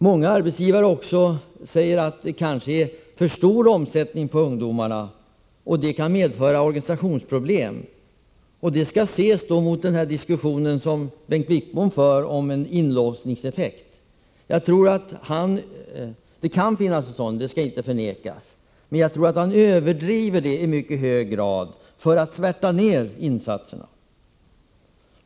Många arbetsgivare säger att det kanske är för stor omsättning på ungdomarna och att detta kan medföra organisationsproblem. Detta skall ses mot bakgrund av den diskussion som Bengt Wittbom för om en inlåsningseffekt. Det kan finnas en sådan, det skall inte förnekas. Jag tror emellertid att han överdriver i mycket hög grad för att svärta ned insatserna.